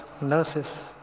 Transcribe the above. nurses